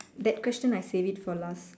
that question I'll save it for last